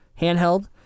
handheld